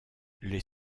les